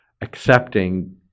accepting